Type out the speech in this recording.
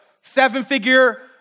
seven-figure